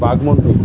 Baghmundi